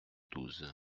douze